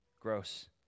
gross